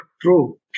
True